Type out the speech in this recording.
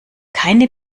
keine